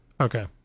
okay